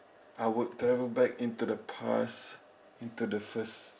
I would travel back into the past into the first